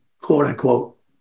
quote-unquote